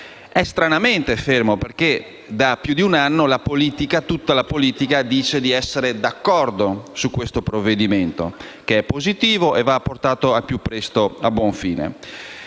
È stranamente fermo, perché da più di un anno tutta la politica dice di essere d'accordo su questo provvedimento, che è positivo e va portato al più presto a buon fine.